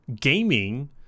gaming